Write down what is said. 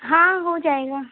हाँ हो जाएगा